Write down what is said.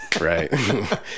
right